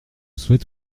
souhaite